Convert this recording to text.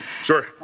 Sure